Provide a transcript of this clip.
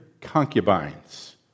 concubines